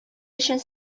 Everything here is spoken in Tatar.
өчен